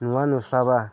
नुवा नुस्लाबा